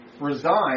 resigned